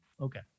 Okay